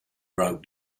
broke